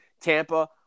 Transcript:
Tampa